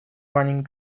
running